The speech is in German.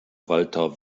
walter